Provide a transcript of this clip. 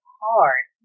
hard